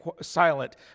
silent